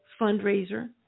fundraiser